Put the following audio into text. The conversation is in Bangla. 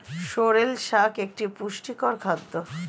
সোরেল শাক একটি পুষ্টিকর খাদ্য